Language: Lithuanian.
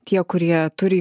tie kurie turi